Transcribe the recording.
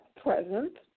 present